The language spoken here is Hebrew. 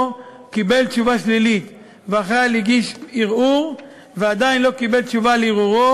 או קיבל תשובה שלילית והגיש ערעור ועדיין לא קיבל תשובה על ערעורו,